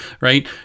right